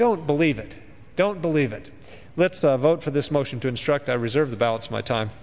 don't believe it don't believe it let's the vote for this motion to instruct i reserve the balance my time